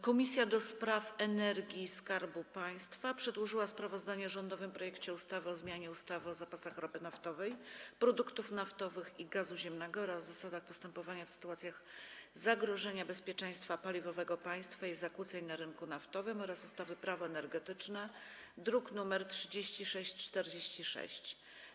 Komisja do Spraw Energii i Skarbu Państwa przedłożyła sprawozdanie o rządowym projekcie ustawy o zmianie ustawy o zapasach ropy naftowej, produktów naftowych i gazu ziemnego oraz zasadach postępowania w sytuacjach zagrożenia bezpieczeństwa paliwowego państwa i zakłóceń na rynku naftowym oraz ustawy Prawo energetyczne, druk nr 3646.